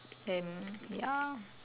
and ya